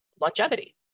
longevity